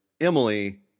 Emily